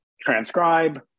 transcribe